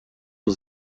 aux